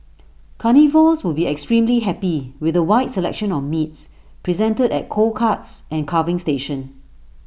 carnivores would be extremely happy with A wide selection of meats presented at cold cuts and carving station